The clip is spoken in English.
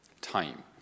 Time